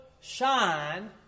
shine